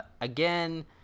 again